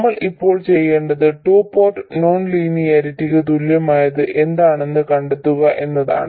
നമ്മൾ ഇപ്പോൾ ചെയ്യേണ്ടത് ടു പോർട്ട് നോൺ ലീനിയാരിറ്റിക്ക് തുല്യമായത് എന്താണെന്ന് കണ്ടെത്തുക എന്നതാണ്